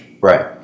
Right